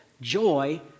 joy